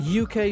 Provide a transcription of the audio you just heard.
UK